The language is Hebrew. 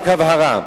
רק הבהרה,